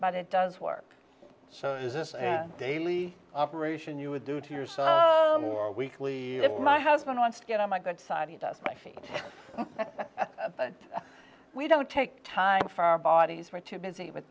but it does work so it's a daily operation you would do to yourself more weekly my husband wants to get on my good side he does my feet we don't take time for our bodies were too busy with